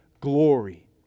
glory